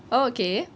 oh okay